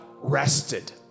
rested